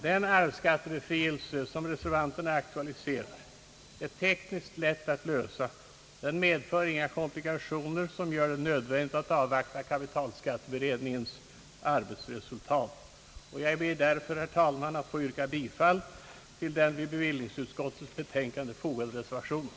Den arvsskattebefrielse som reservanterna aktualiserar är tekniskt lätt att lösa. Den medför inga komplikationer som gör det nödvändigt att avvakta kapitalskatteberedningens arbetsresultat. Jag ber därför, herr talman, att få yrka bifall till den vid bevillningsutskottets betänkande fogade reservationen.